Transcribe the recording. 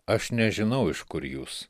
aš nežinau iš kur jūs